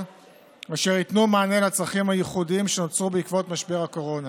אשר ייתנו מענה לצרכים הייחודיים שנוצרו בעקבות משבר הקורונה.